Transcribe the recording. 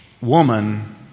woman